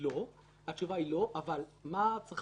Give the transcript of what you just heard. אם ארצה